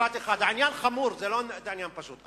העניין חמור, זה לא עניין פשוט.